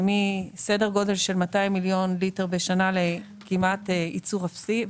מסדר גודל של 200 מיליון ליטר בשנה לכמעט ייצור אפסי,